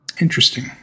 Interesting